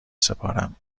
سپارم